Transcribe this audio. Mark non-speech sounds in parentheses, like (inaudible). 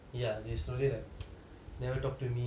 ya they slowly like (noise) never talk to me